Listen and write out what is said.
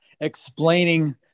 explaining